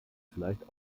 vielleicht